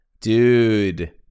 dude